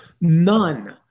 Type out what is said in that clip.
None